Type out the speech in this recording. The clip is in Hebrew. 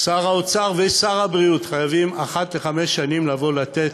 שר האוצר ושר הבריאות חייבים אחת לחמש שנים לבוא לתת